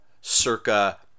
circa